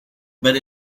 but